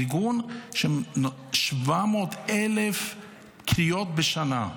ארגון של 700,000 קריאות בשנה,